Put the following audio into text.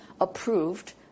approved